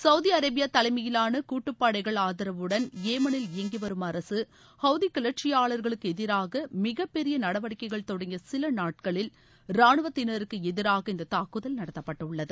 Saudi Arabia தலைமையிலான கூட்டுப் படைகள் ஆதரவுடன் ஏமளில் இயங்கி வரும் அரசு ஹவுதி கிளர்ச்சியாளர்களுக்கு எதிராக மிகப் பெரிய நடவடிக்கைள் தொடங்கிய சில நாட்களில் ரானுவனத்தினருக்கு எதிராக இந்த தாக்குதல் நடத்தப்பட்டுள்ளது